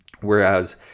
Whereas